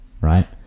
right